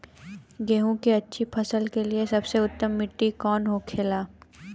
गेहूँ की अच्छी फसल के लिए सबसे उत्तम मिट्टी कौन होखे ला?